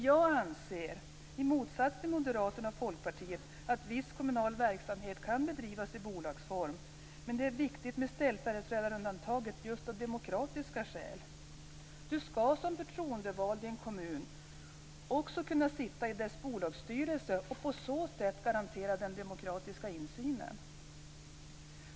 Jag anser, i motsats till Moderaterna och Folkpartiet, att viss kommunal verksamhet kan bedrivas i bolagsform men att det är viktigt med ställföreträdarundantaget just av demokratiska skäl. Du skall som förtroendevald i en kommun också kunna sitta i dess bolagsstyrelse och på så sätt garantera den demokratiska insynen.